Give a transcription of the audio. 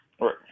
Right